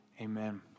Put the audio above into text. Amen